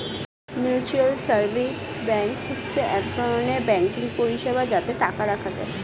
mutual savings bank হচ্ছে এক ধরনের ব্যাঙ্কিং পরিষেবা যাতে টাকা রাখা যায়